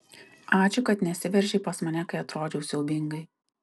ačiū kad nesiveržei pas mane kai atrodžiau siaubingai